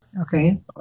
Okay